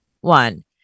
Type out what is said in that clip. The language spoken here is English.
one